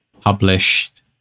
published